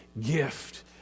gift